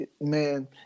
Man